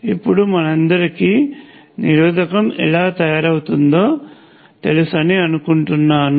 ఇప్పుడు మనందరికీ నిరోధకం ఎలా తయారవుతుందో తెలుసని అనుకుంటున్నాను